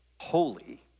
holy